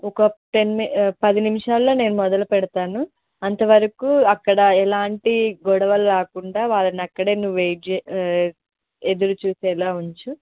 ఒక టెన్ మి పది నిమిషాల్లో నేను మొదలుపెడతాను అంతవరకు అక్కడ ఎలాంటి గొడవలు రాకుండా వాళ్ళను అక్కడే నువ్వు వెయిట్ జె ఎదురుచూసేలా ఉంచు